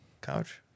Couch